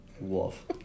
Wolf